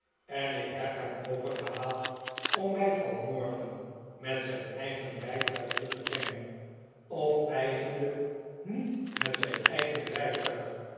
en ik heb hem overgehaald om mij vanmorgen met zijn eigen rijtuig hier te brengen of eigenlijk niet met zijn eigen rijtuig